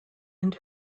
and